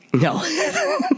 No